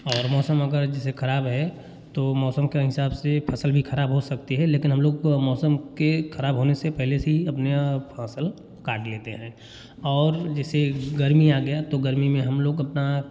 और मौसम अगर जैसे ख़राब है तो मौसम के हिसाब से फ़सल भी ख़राब हो सकती है लेकिन हम लोग मौसम के ख़राब होने से पहले अपना फ़सल काट लेते हैं और जैसे गर्मी आ गया तो गर्मी में हम लोग अपना